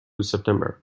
september